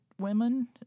women